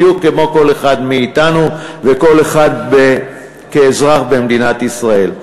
בדיוק כמו כל אחד מאתנו וכל אחד כאזרח במדינת ישראל,